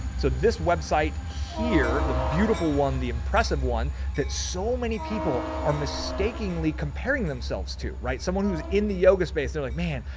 so this website here, the beautiful one, the impressive one, that so many people are mistakenly comparing themselves to, right. someone who's in the yoga space. they're like, man,